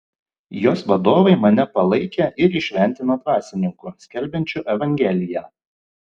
jos vadovai mane palaikė ir įšventino dvasininku skelbiančiu evangeliją